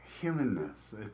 humanness